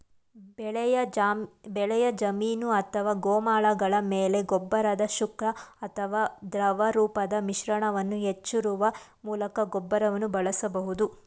ಬೆಳೆಯ ಜಮೀನು ಅಥವಾ ಗೋಮಾಳಗಳ ಮೇಲೆ ಗೊಬ್ಬರದ ಶುಷ್ಕ ಅಥವಾ ದ್ರವರೂಪದ ಮಿಶ್ರಣವನ್ನು ಎರಚುವ ಮೂಲಕ ಗೊಬ್ಬರವನ್ನು ಬಳಸಬಹುದು